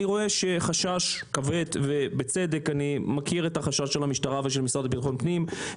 אני רואה שיש חשש כבד צודק של המשטרה ושל המשרד לביטחון פנים.